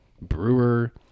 brewer